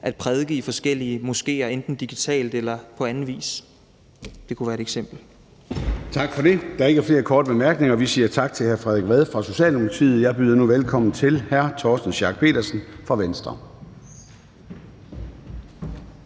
at prædike i forskellige moskéer enten digitalt eller på anden vis. Det kunne være et eksempel. Kl. 15:11 Formanden (Søren Gade): Tak for det. Der er ikke flere korte bemærkninger, og så siger vi tak til hr. Frederik Vad fra Socialdemokratiet. Jeg byder nu velkommen til hr. Torsten Schack Pedersen fra Venstre.